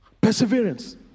Perseverance